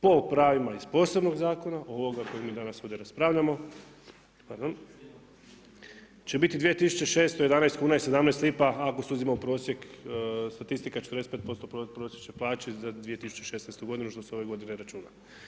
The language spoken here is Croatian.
Po pravima iz posebnog zakona, ovoga kojega mi danas ovdje raspravljamo, pardon, će biti 2611 kuna i 17 lipa ako uzimamo prosjek, statistika 45% prosječne plaće za 2016. godinu što se ove godine računa.